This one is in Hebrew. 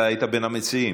אתה היית בין המציעים?